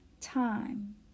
time